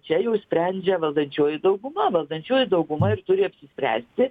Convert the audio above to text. čia jau sprendžia valdančioji dauguma valdančioji dauguma ir turi apsispręsti